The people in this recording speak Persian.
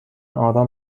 آرام